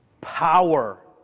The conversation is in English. Power